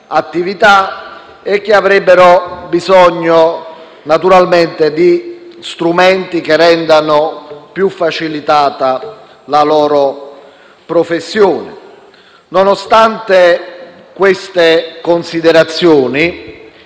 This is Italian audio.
attività e che avrebbero bisogno di strumenti che facilitino la loro professione. Nonostante queste considerazioni,